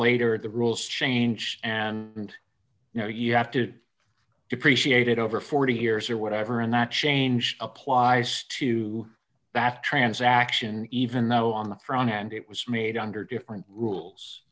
later the rules change and you know you have to depreciate it over forty years or whatever and that change applies to that transaction even though on the front end it was made under different rules